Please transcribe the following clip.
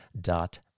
dot